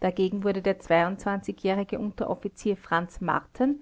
dagegen wurde der jährige unteroffizier franz marten